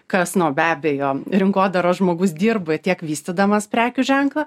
kas nu be abejo rinkodaros žmogus dirba tiek vystydamas prekių ženklą